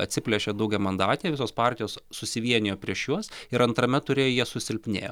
atsiplėšė daugiamandatėje visos partijos susivienijo prieš juos ir antrame ture jie susilpnėjo